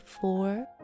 four